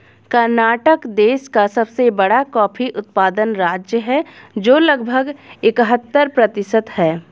कर्नाटक देश का सबसे बड़ा कॉफी उत्पादन राज्य है, जो लगभग इकहत्तर प्रतिशत है